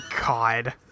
God